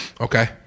Okay